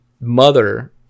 mother